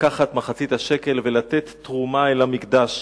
לקחת מחצית שקל ולתת תרומה אל המקדש.